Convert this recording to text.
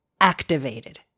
activated